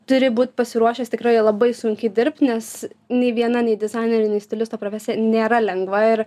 turi būt pasiruošęs tikrai labai sunkiai dirbt nes nei viena nei dizainerio stilisto profesija nėra lengva ir